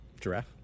Giraffe